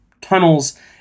tunnels